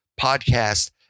podcast